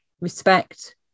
respect